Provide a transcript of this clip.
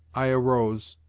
i arose,